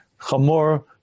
chamor